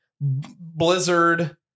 blizzard